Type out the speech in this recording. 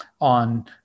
On